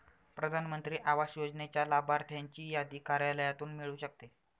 प्रधान मंत्री आवास योजनेच्या लाभार्थ्यांची यादी कार्यालयातून मिळू शकते